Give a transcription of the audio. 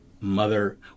Mother